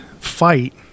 fight